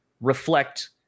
reflect